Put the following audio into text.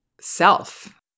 self